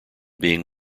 being